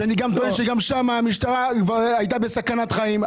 שאני טוען שגם שם המשטרה לדבריה הייתה בסכנת חיים,